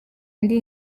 ndi